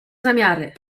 zamiary